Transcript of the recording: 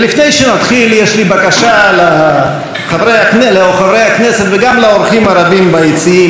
לפני שנתחיל יש לי בקשה לחברי הכנסת וגם לאורחים הרבים ביציעים.